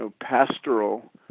pastoral